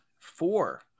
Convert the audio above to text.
Four